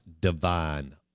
divine